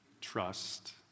trust